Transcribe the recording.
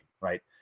Right